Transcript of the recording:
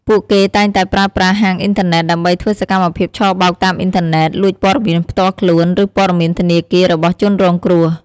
ពួកគេតែងតែប្រើប្រាស់ហាងអ៊ីនធឺណិត ដើម្បីធ្វើសកម្មភាពឆបោកតាមអ៊ីនធឺណិត លួចព័ត៌មានផ្ទាល់ខ្លួន ឬព័ត៌មានធនាគាររបស់ជនរងគ្រោះ។